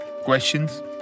questions